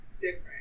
different